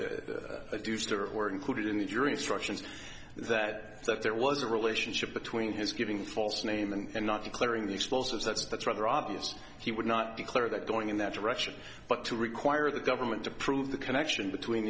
there were included in the jury instructions that there was a relationship between his giving false name and not declaring the explosives that's that's rather obvious he would not declare that going in that direction but to require the government to prove the connection between